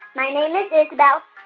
my name is isabelle.